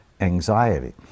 anxiety